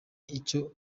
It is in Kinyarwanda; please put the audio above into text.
icyo